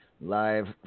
live